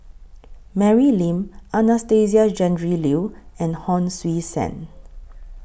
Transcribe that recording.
Mary Lim Anastasia Tjendri Liew and Hon Sui Sen